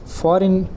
foreign